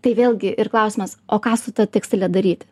tai vėlgi ir klausimas o ką su ta tekstile daryti